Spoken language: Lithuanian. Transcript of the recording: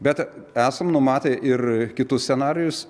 bet esam numatę ir kitus scenarijus